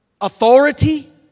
authority